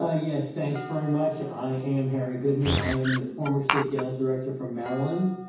ah yes, thanks very much. i am harry goodman. i'm the former state dental director from maryland.